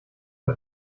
bei